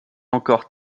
encore